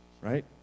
right